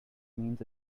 means